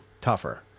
tougher